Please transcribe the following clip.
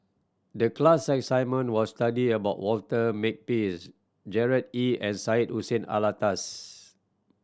the class assignment was study about Walter Makepeace Gerard Ee and Syed Hussein Alatas